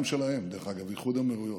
גם שלהם, דרך אגב, איחוד האמירויות.